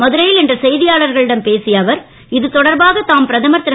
மதுரையில் இன்று செய்தியாளர்களிடம் பேசிய அவர் இது தொடர்பாக தாம் பிரதமர் திரு